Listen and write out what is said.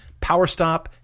PowerStop